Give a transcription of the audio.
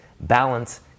balance